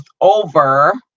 over